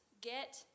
get